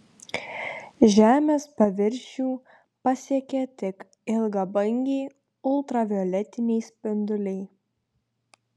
žemės paviršių pasiekia tik ilgabangiai ultravioletiniai spinduliai